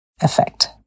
Effect